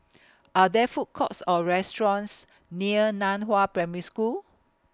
Are There Food Courts Or restaurants near NAN Hua Primary School